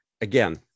again